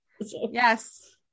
Yes